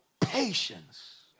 Patience